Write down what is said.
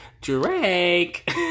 Drake